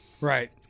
right